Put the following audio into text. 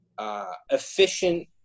efficient